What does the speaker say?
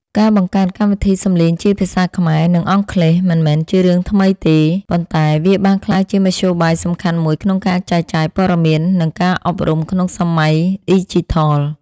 ការបង្កើតកម្មវិធីសំឡេងជាភាសាខ្មែរ និងអង់គ្លេសមិនមែនជារឿងថ្មីទេ ប៉ុន្តែវាបានក្លាយជាមធ្យោបាយសំខាន់មួយក្នុងការចែកចាយព័ត៌មាន និងការអប់រំក្នុងសម័យឌីជីថល។